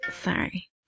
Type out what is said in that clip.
Sorry